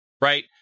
right